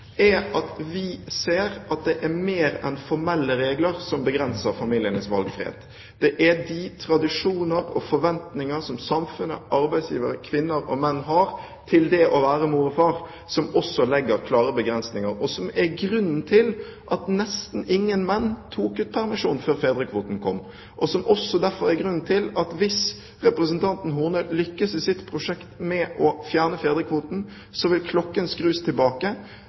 er at vi ser at det er mer enn formelle regler som begrenser familienes valgfrihet. Det er de tradisjoner og forventninger som samfunnet, arbeidsgivere, kvinner og menn har til det å være mor og far, som også legger klare begrensninger, og som er grunnen til at nesten ingen menn tok ut permisjon før fedrekvoten kom. Det er derfor også grunnen til at hvis representanten Horne lykkes i sitt prosjekt med å fjerne fedrekvoten, vil klokken skrus tilbake.